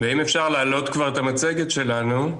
ואם אפשר להעלות כבר את המצגת שלנו.